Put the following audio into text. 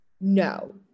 No